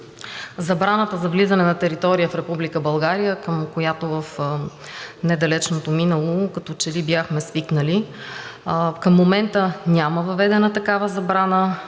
забраната за влизане на територията на Република България, с която в недалечното минало като че ли бяхме свикнали, към момента няма въведена такава забрана.